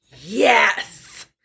Yes